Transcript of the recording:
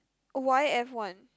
why f-one